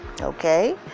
okay